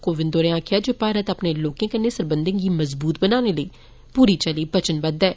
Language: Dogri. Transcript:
कोविन्द होरें आक्खेआ जे भारत अपने लोकें कन्नै सरबंधे गी मजबूत बनाने लेई पूरी चाल्ली वचनबद्ध ऐ